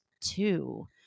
two